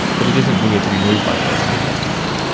but it isn't weird to be moved by personal testimony.